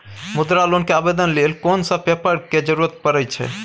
मुद्रा लोन के आवेदन लेल कोन सब पेपर के जरूरत परै छै?